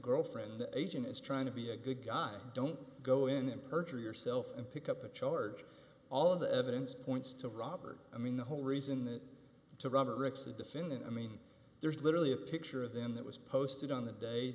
girlfriend the agent is trying to be a good guy don't go in and perjure yourself and pick up a charge all of the evidence points to robert i mean the whole reason that to robert ricks the defendant i mean there's literally a picture of them that was posted on the day